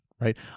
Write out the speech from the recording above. Right